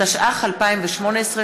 התשע"ח 2018,